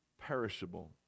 perishable